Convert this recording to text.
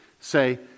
say